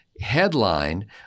headline